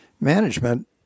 management